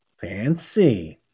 Fancy